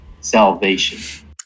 salvation